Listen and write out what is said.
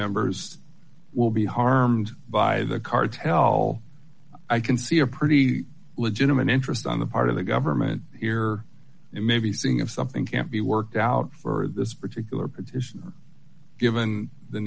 members will be harmed by the cartel i can see a pretty legitimate interest on the part of the government here and maybe seeing if something can't be worked out for this particular position given the